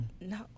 No